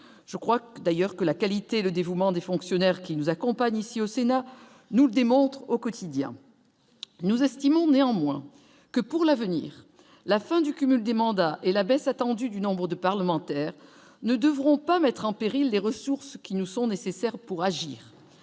je crois d'ailleurs que la qualité et le dévouement des fonctionnaires qui nous accompagne ici au Sénat nous démontrent au quotidien, nous estimons néanmoins que, pour l'avenir, la fin du cumul des mandats et la baisse attendue du nombre de parlementaires ne devront pas mettre en péril les ressources qui nous sont nécessaires pour agir,